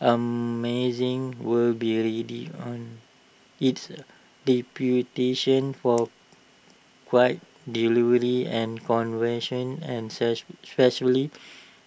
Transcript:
Amazon will on its reputation for quite delivery and convention and especially